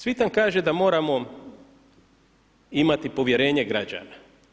Cvitan kaže da moramo imati povjerenje građana.